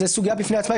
זאת סוגיה בפני עצמה,